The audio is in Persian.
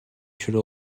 شوره